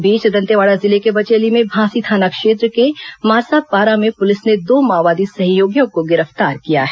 इस बीच दंतेवाड़ा जिले के बचेली में भांसी थाना क्षेत्र के मासापारा में पुलिस ने दो माओवादी सहयोगियों को गिरफ्तार किया है